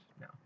No